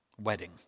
wedding